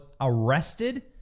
arrested